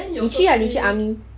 你去啊你去 army